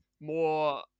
more